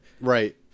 Right